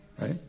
Right